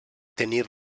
tenir